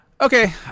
Okay